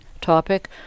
topic